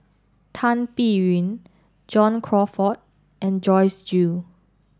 Tan Biyun John Crawfurd and Joyce Jue